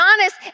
honest